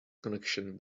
connection